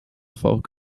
folk